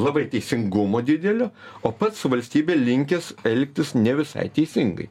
labai teisingumo didelio o pats su valstybe linkęs elgtis ne visai teisingai